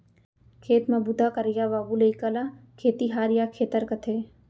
खेत म बूता करइया बाबू लइका ल खेतिहार या खेतर कथें